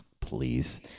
please